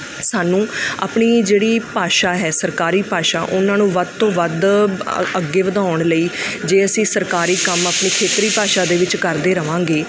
ਸਾਨੂੰ ਆਪਣੀ ਜਿਹੜੀ ਭਾਸ਼ਾ ਹੈ ਸਰਕਾਰੀ ਭਾਸ਼ਾ ਉਹਨਾਂ ਨੂੰ ਵੱਧ ਤੋਂ ਵੱਧ ਅ ਅੱਗੇ ਵਧਾਉਣ ਲਈ ਜੇ ਅਸੀਂ ਸਰਕਾਰੀ ਕੰਮ ਆਪਣੀ ਖੇਤਰੀ ਭਾਸ਼ਾ ਦੇ ਵਿੱਚ ਕਰਦੇ ਰਹਾਂਗੇ